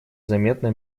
заметно